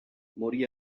morì